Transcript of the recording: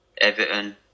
Everton